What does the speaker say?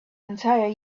entire